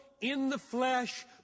in-the-flesh